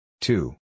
Two